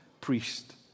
priest